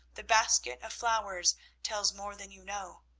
the basket of flowers tells more than you know,